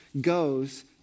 goes